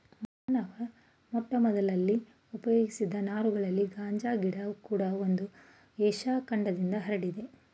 ಮಾನವ ಮೊಟ್ಟಮೊದಲಲ್ಲಿ ಉಪಯೋಗಿಸಿದ ನಾರುಗಳಲ್ಲಿ ಗಾಂಜಾ ಗಿಡ ಕೂಡ ಒಂದು ಏಷ್ಯ ಖಂಡದಿಂದ ಹರಡಿದೆ